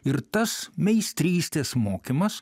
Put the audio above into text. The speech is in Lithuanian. ir tas meistrystės mokymas